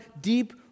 deep